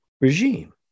regime